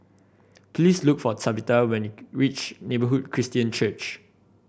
please look for Tabitha when you reach Neighbourhood Christian Church